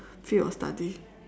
field of study